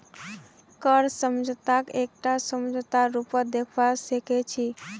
कर्ज समझौताक एकटा समझौतार रूपत देखवा सिख छी